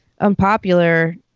unpopular